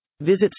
Visit